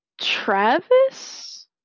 Travis